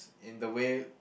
in the way